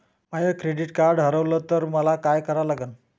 माय credit card हारवलं तर काय करा लागन?